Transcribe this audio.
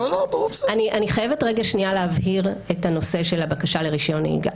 אני חייבת רגע להבהיר את הנושא של הבקשה לרישיון נהיגה,